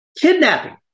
Kidnapping